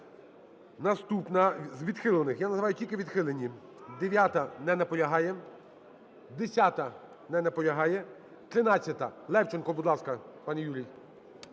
Наступна з відхилених, я називаю тільки відхилені. 9-а. Не наполягає. 10-а. Не наполягає. 13-а. Левченко, будь ласка, пане Юрій.